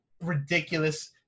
ridiculous